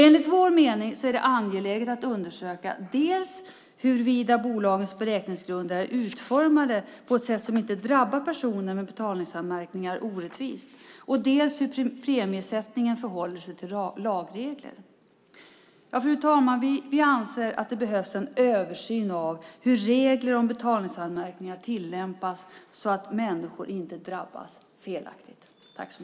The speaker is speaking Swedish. Enligt vår mening är det angeläget att undersöka dels om bolagens beräkningsgrunder är utformade på ett sådant sätt att personer med betalningsanmärkningar inte orättvist drabbas, dels hur premiesättningen förhåller sig till lagregler. Fru talman! Vi anser att det behövs en översyn av hur reglerna om betalningsanmärkningar tillämpas - detta för att människor inte felaktigt ska drabbas.